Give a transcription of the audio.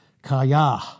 Kaya